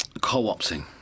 co-opting